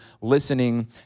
listening